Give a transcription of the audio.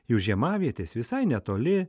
jų žiemavietės visai netoli